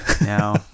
No